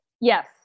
Yes